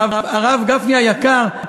הרב גפני היקר,